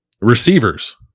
Receivers